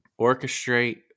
orchestrate